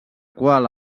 qual